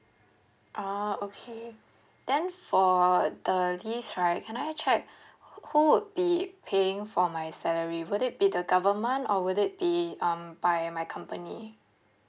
ah okay then for the leaves right can I check who would be paying for my salary would it be the government or would it be um by my company